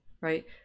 Right